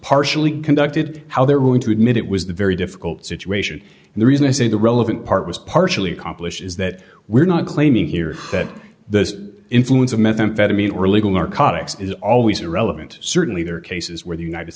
partially conducted how they're willing to admit it was the very difficult situation and the reason i say the relevant part was partially accomplished is that we're not claiming here that the influence of methamphetamine or illegal narcotics is always irrelevant certainly there are cases where the united